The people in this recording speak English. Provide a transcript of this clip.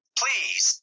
please